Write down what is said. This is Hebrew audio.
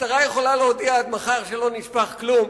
המשטרה יכולה להודיע עד מחר שלא נשפך כלום.